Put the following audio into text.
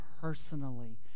personally